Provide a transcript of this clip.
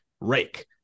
rake